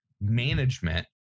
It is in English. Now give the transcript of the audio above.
management